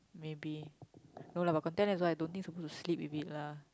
maybe no lah but contact lens also I don't think supposed to sleep with it lah